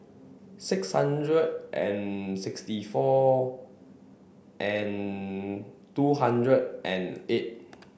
six hundred and sixty four and two hundred and eight